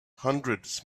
hundreds